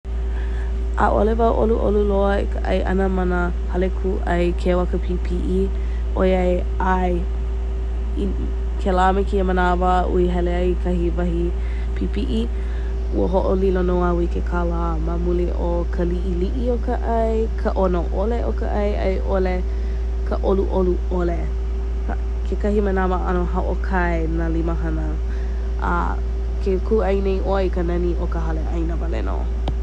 ‘A’ole wau ‘olu’olu loa i ka ‘ai ‘ana ma nā hale kū’ai keu a ka pīpi’i ‘oiai ‘ae…i kēlā me kēia mānawa a’u i hele ai i kekahi wahi pīpi’i, ua ho’olilo nō au i ke kālā ma mua o ka li’ili’i o ka ‘ai, ka ‘ono ‘ole o ka ‘ai, a i ‘ole ka ‘olu’olu ‘ole. I kekahi mānawa, ‘ano ho’okae nā limahana a ke kū’ai nei ‘oe i ka nani o ka hale ‘āina wale nō.